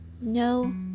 no